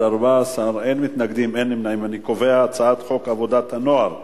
ההצעה להעביר את הצעת חוק עבודת הנוער (תיקון,